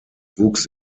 wuchs